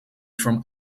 from